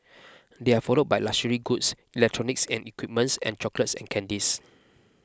they are followed by luxury goods electronics and equipments and chocolates and candies